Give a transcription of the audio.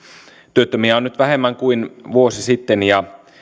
työttömiä on nyt vähemmän kuin vuosi sitten ja